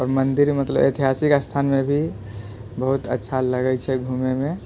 आओर मन्दिर मतलब ऐतिहासिक स्थानमे भी बहुत अच्छा लगै छै घुमैमे